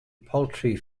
poultry